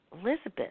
Elizabeth